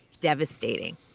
devastating